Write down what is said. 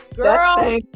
Girl